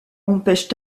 empêchent